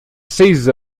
seis